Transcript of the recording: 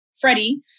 Freddie